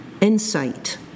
insight